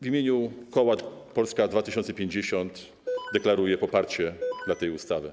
W imieniu koła Polska 2050 deklaruję poparcie dla tej ustawy.